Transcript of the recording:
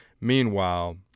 Meanwhile